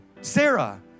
Sarah